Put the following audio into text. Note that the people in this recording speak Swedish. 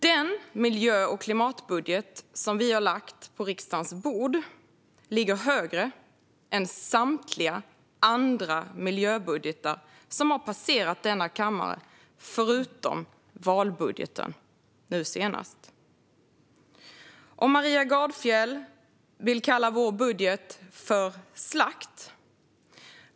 Den miljö och klimatbudget som vi har lagt på riksdagens bord ligger högre än samtliga andra miljöbudgetar som har passerat denna kammare, förutom valbudgeten nu senast. Maria Gardfjell vill kalla vår budget för slakt.